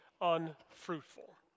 unfruitful